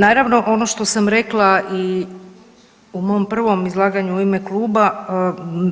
Naravno ono što sam rekla i u mom prvom izlaganju u ime kluba